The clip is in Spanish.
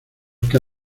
que